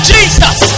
Jesus